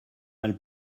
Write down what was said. mal